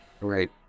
Right